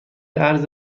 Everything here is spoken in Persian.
ارز